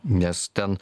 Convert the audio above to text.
nes ten